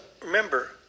remember